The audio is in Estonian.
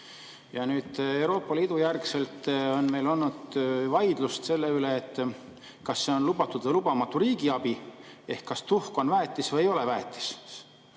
Nüüd, Euroopa Liitu [astumise] järgselt on meil olnud vaidlus selle üle, kas see on lubatud või lubamatu riigiabi ehk kas tuhk on väetis või ei ole väetis.